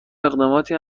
اقداماتی